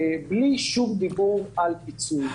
בלי שום דיבור על פיצוי.